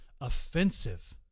offensive